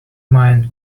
mind